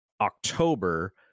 October